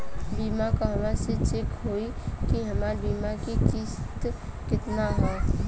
बीमा कहवा से चेक होयी की हमार बीमा के किस्त केतना ह?